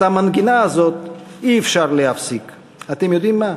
"את המנגינה הזאת אי-אפשר להפסיק"; אתם יודעים מה?